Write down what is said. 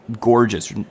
gorgeous